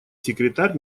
секретарь